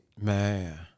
Man